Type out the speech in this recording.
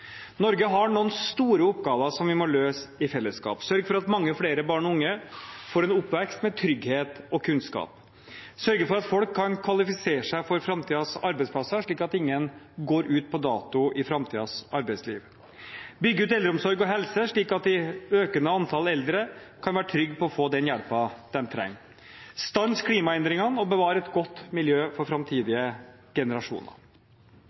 Norge har noen store oppgaver som vi må løse i fellesskap: sørge for at mange flere barn og unge får en oppvekst med trygghet og kunnskap sørge for at folk kan kvalifisere seg for framtidens arbeidsplasser, slik at ingen «går ut på dato» i framtidens arbeidsliv bygge ut eldreomsorgen og helsetilbudet, slik at det økende antall eldre kan være trygg på å få den hjelpen de trenger stanse klimaendringene og bevare et godt miljø for framtidige generasjoner